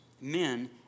men